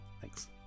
Thanks